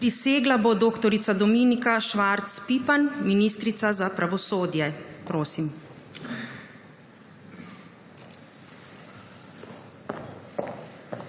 Prisegla bo dr. Dominika Švarc Pipan, ministrica za pravosodje. Prosim.